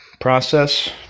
process